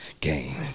game